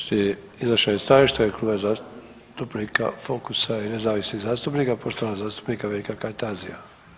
Slijedi iznošenje stajališta u ime zastupnika Focusa i nezavisnih zastupnika poštovanog zastupnika Veljka Kajtazija.